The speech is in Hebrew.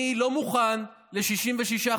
אני לא מוכן ל-66%.